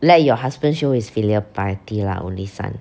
let your husband show his filial piety lah only son